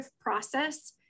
process